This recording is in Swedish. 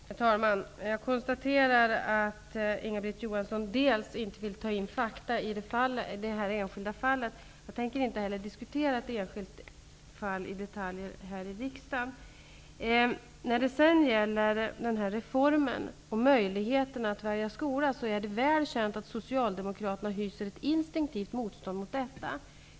Herr talman! Jag konstaterar att Inga-Britt Johansson inte vill ta in fakta i det enskilda fallet. Jag tänker inte heller diskutera ett enskilt fall i detalj här i riksdagen. När det sedan gäller den reform som det innebär att ge elever möjlighet att välja skola, är det väl känt att Socialdemokraterna reser ett instinktivt motstånd.